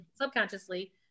subconsciously